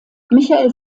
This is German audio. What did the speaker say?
michael